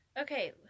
Okay